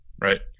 Right